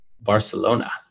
Barcelona